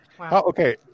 Okay